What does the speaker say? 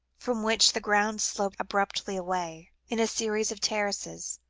from which the ground sloped abruptly away, in a series of terraces.